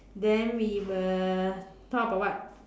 then we will talk about what